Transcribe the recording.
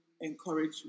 encourage